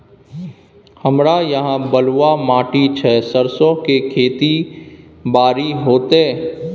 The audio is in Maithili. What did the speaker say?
हमरा यहाँ बलूआ माटी छै सरसो के खेती बारी होते?